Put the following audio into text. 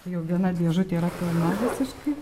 jau viena dėžutė yra pilna visiškai